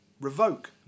revoke